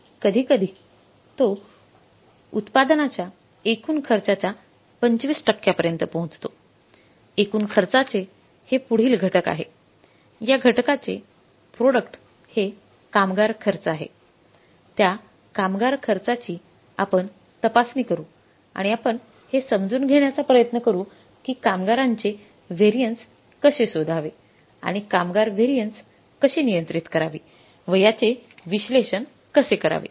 तर कधीकधी तो उत्पादनाच्या एकूण खर्चाच्या 25 टक्क्यांपर्यंत पोहोचतो एकूण खर्चाचे हे पुढील घटक आहे या घटकाचे प्रॉडक्ट हे कामगार खर्च आहे त्या कामगार खर्चाची आपण तपासणी करू आणि आपण हे समजून घेण्याचा प्रयत्न करू की कामगारांचे व्हॅरियन्स कसे शोधावे आणि कामगार व्हॅरियन्स कशी नियंत्रित करावी व याचे विश्लेषण कसे करावे